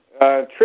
Trish